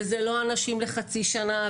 וזה לא אנשים לחצי שנה,